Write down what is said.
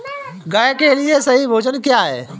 गाय के लिए सही भोजन क्या है?